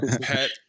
Pet